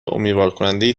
امیدوارکننده